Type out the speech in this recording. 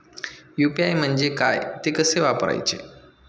UPI म्हणजे काय, ते कसे वापरायचे?